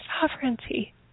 sovereignty